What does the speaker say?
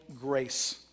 grace